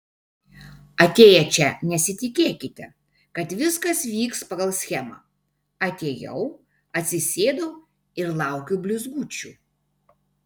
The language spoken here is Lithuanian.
atėję čia nesitikėkite kad viskas vyks pagal schemą atėjau atsisėdau ir laukiu blizgučių